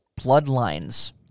bloodlines